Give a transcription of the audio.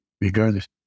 regardless